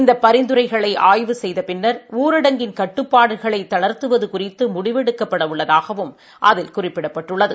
இந்த பரிந்துரைகளை ஆய்வு செய்த பின்னர் ஊரடங்கின் கட்டுப்பாடுகளை தளர்த்துவது குறித்து முடிவெடுக்கப்பட உள்ளதாகவும் அதில் குறிப்பிடப்பட்டுள்ளது